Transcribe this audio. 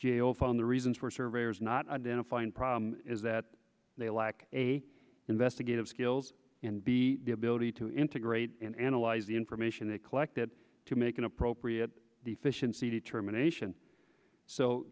jail found the reasons for surveyors not identifying problem is that they lack a investigative skills and be ability to integrate and analyze the information they collect it to make an appropriate deficiency determination